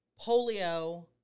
polio